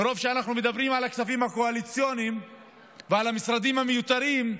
מרוב שאנחנו מדברים על הכספים הקואליציוניים ועל המשרדים המיותרים,